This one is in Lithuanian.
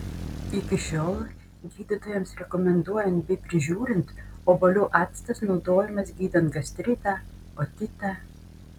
iki šiol gydytojams rekomenduojant bei prižiūrint obuolių actas naudojamas gydant gastritą otitą